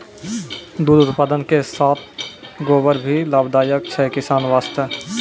दुग्ध उत्पादन के साथॅ गोबर भी लाभदायक छै किसान वास्तॅ